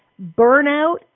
burnout